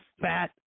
fat